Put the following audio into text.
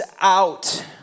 out